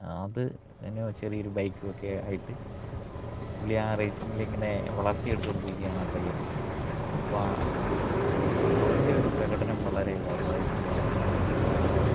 അത് അതിന് ചെറിയൊരു ബൈക്കും ഒക്കെ ആയിട്ട് പുള്ളിയാണ് റേസിങ്ങിൽ ഇങ്ങനെ വളര്ത്തിയെടുത്തു കൊണ്ടിരിക്കുകയാണ് ആ പയ്യനെ അപ്പോൾ ആ അവന്റെയൊരു പ്രകടനം വളരെ ഇതായിരുന്നു റേസിങ്ങിലെ ആ